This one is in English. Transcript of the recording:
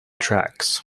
tracks